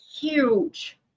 huge